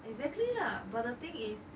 exactly lah but the thing is